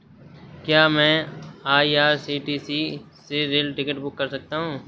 क्या मैं आई.आर.सी.टी.सी से रेल टिकट बुक कर सकता हूँ?